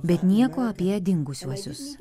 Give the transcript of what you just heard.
bet nieko apie dingusiuosius